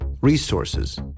resources